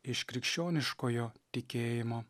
iš krikščioniškojo tikėjimo